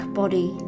body